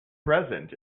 present